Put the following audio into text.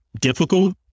difficult